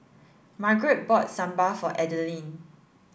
Margret bought Sambar for Adeline